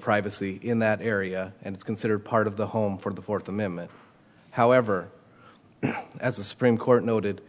privacy in that area and it's considered part of the home for the fourth amendment however as the supreme court noted